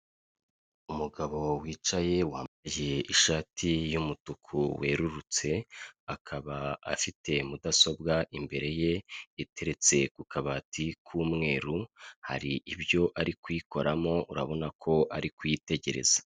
Umugabo wicaye wambaye ishati y'umutuku werurutse akaba afite mudasobwa imbere ye iteretse ku kabati k'umweru, hari ibyo ari kuyikoramo urabona ko ari kwitegereza.